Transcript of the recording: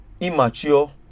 immature